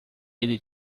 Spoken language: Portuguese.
ele